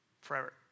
forever